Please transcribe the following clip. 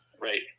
Right